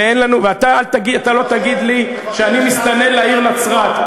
ואתה לא תגיד לי שאני מסתנן לעיר נצרת.